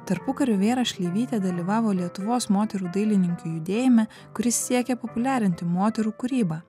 tarpukariu vėra šleivytė dalyvavo lietuvos moterų dailininkių judėjime kuris siekė populiarinti moterų kūrybą